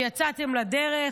ויצאתם לדרך.